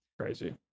Crazy